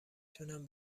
تونم